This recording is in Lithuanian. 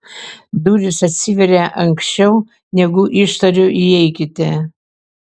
durys atsiveria anksčiau negu ištariu įeikite